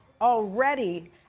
already